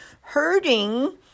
Hurting